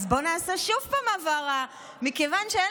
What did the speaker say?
אז בואו נעשה שוב הבהרה: מכיוון שאין